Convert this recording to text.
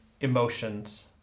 emotions